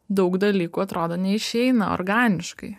daug dalykų atrodo neišeina organiškai